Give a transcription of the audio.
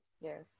Yes